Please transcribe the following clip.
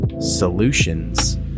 solutions